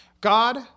God